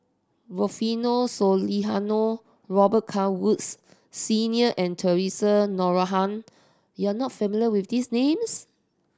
Rufino Robet Carr Woods Senior and Theresa Noronha you are not familiar with these names